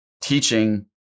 teaching